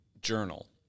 journal